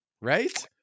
Right